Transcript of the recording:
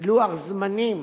לוח זמנים